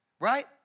right